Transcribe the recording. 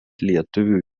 lietuvių